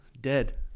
dead